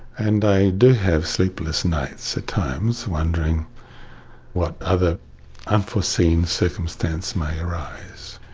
and i do have sleepless nights at times wondering what other unforeseen circumstance may arise.